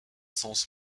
sens